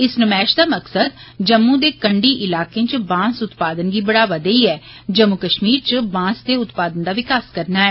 इस न्रमायश दा मकसद जम्मू दे कंडी इलाके च बांस उत्पादन गी बढ़ावा देइयै जम्मू कश्मीर व बांस दे उत्पादन दा विकास करना ऐ